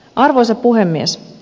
arvoisa puhemies